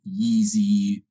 Yeezy